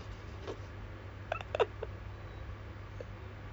um okay cool I didn't know our area got a lot of